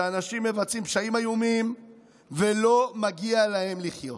שאנשים מבצעים פשעים איומים ולא מגיע להם לחיות.